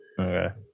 Okay